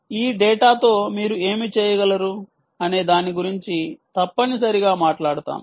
ఈ డేటాతో మీరు ఏమి చేయగలరు అనే దాని గురించి తప్పనిసరిగా మాట్లాడతాము